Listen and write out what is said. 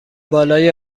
بالای